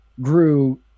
grew